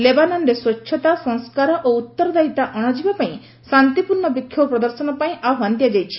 ଲେବାନନରେ ସ୍ପଚ୍ଛତା ସଂସ୍କାର ଓ ଉତ୍ତରଦାୟିତା ଅଣାଯିବା ପାଇଁ ଶାନ୍ତିପୂର୍ଣ୍ଣ ବିକ୍ଷୋଭ ପ୍ରଦର୍ଶନ ପାଇଁ ଆହ୍ୱାନ ଦିଆଯାଇଛି